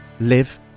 live